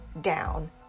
down